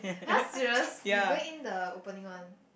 !huh! serious you going in the opening one